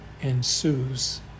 ensues